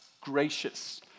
gracious